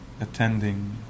attending